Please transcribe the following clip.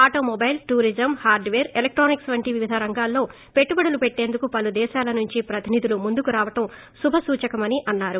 auto mobile tourism hardware electronics వంటి వివిధ రంగాల్లో పెట్టుబడులు పెట్టేందుకు పలు దేశాల నుంచి ప్రతినిధులు ముందుకు ్ రావడం శుభసూచకమని అన్నారు